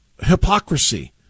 hypocrisy